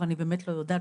ואני באמת לא יודעת,